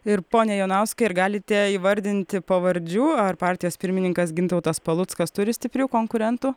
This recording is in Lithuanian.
ir pone jonauskai ar galite įvardinti pavardžių ar partijos pirmininkas gintautas paluckas turi stiprių konkurentų